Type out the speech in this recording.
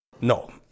No